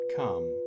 come